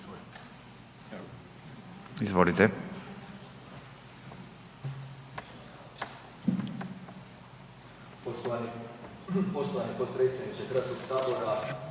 Izvolite.